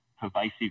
pervasive